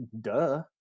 duh